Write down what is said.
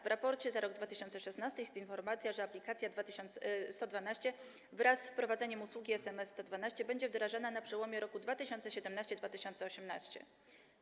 W raporcie za rok 2016 r. jest informacja, że aplikacja 112 wraz z wprowadzeniem usługi SMS 112 będzie wdrażana na przełomie 2017 i 2018 r.